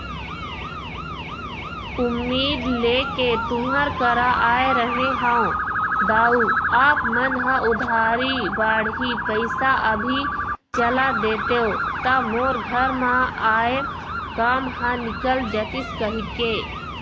उम्मीद लेके तुँहर करा आय रहें हँव दाऊ आप मन ह उधारी बाड़ही पइसा अभी चला देतेव त मोर घर म आय काम ह निकल जतिस कहिके